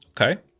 Okay